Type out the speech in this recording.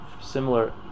similar